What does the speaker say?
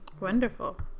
Wonderful